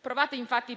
provate